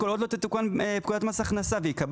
כל עוד לא תתוקן פקודת מס הכנסה וייקבע